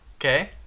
Okay